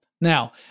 Now